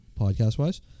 podcast-wise